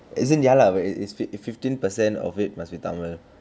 as in ya lah but it is fif~ fifteen per cent of it must be tamil